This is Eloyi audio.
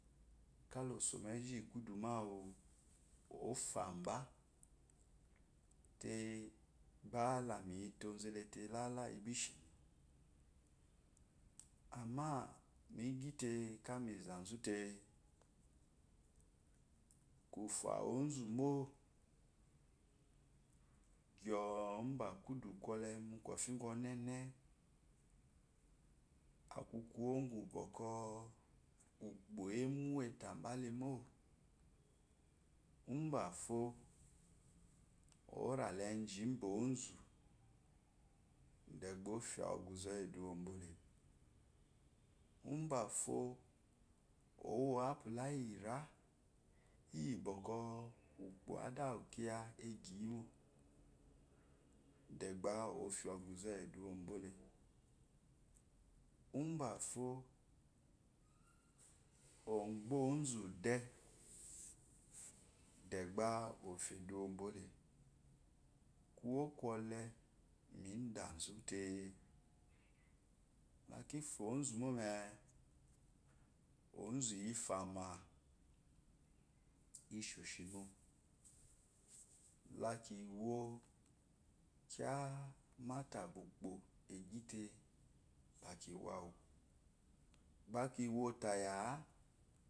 Kala boi mu ezu iyi kudu mámú ofya ba le kala miyi te ozelaite lehá hi bishi amma mi gyite kami zazute ki fya ozumo ciyo úba kudu kwole mtekwofi uplu ɔnene akukwo uqu bokɔ úkpo emu ataba te mo ubafo ora le enzhi umba ozo deba ofya oguze uwu ebuyo bole ubáfo owó apula iyira iya bɔkɔ ukpo awawa kiya egyimo de be ofya ogud cwu edewo bole ubafyoɔbe. ba ɔfya eduwobole kwokote mi dazu te zaki fya ozumó mee ozu efyamá ishshimo later wokya mate ukpo be gyite lakiwowo.